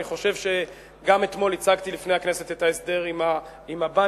אני חושב שאתמול הצגתי לפני הכנסת את ההסדר עם הבנקים,